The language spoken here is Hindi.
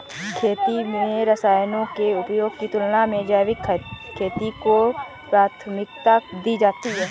खेती में रसायनों के उपयोग की तुलना में जैविक खेती को प्राथमिकता दी जाती है